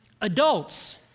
Adults